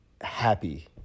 happy